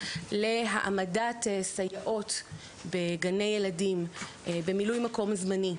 להעמדת סייעות בגני ילדים במילוי מקום זמני,